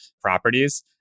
properties